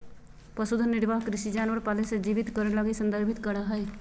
पशुधन निर्वाह कृषि जानवर पाले से जीवित करे लगी संदर्भित करा हइ